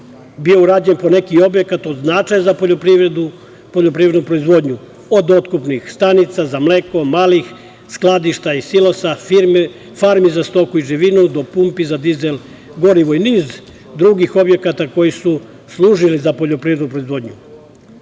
bio urađen po neki objekat od značaja za poljoprivrednu proizvodnju, od otkupnih stanica za mleko, malih skladišta i silosa, farmi za stoku i živinu, do pumpi za dizel gorivo, kao i niz drugih objekata koji su služili za poljoprivrednu proizvodnju.